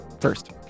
first